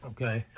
Okay